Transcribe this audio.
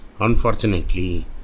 Unfortunately